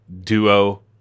duo